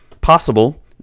possible